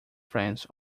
friends